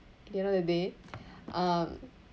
at the end of the day um